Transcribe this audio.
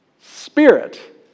spirit